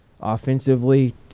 Offensively